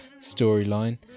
storyline